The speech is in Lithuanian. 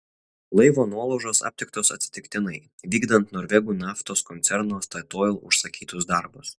laivo nuolaužos aptiktos atsitiktinai vykdant norvegų naftos koncerno statoil užsakytus darbus